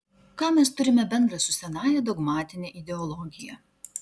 ką mes turime bendra su senąja dogmatine ideologija